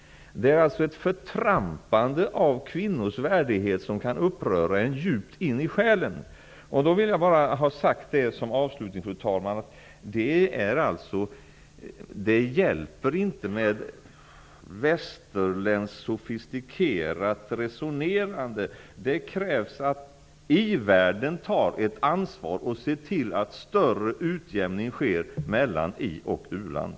Det är ett ''förtrampande'' av kvinnors värdighet som kan uppröra en djupt inne i själen. Fru talman! Som avslutning vill jag bara ha sagt att det inte hjälper med västerländskt sofistikerat resonerande. Det krävs att i-världen tar ett ansvar och ser till att en större utjämning sker mellan i och u-länder.